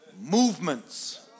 movements